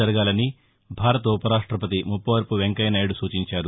జరగాలని భారత ఉపరాష్టపతి ముప్పవరపు వెంకయ్య నాయుడు సూచించారు